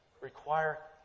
require